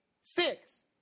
Six